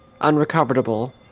unrecoverable